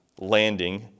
Landing